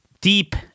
Deep